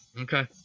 Okay